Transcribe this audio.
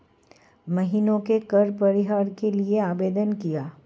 मोहिनी ने कर परिहार के लिए आवेदन किया